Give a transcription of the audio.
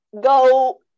go